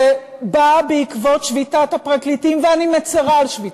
שבא בעקבות שביתת הפרקליטים, ואני מצרה על שביתתם,